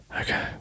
Okay